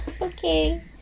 Okay